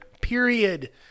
period